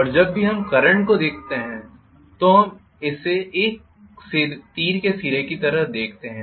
और जब भी हम करंट को देखते हैं तो हम इसे एक तीर के सिर की तरह देखते हैं